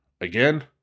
Again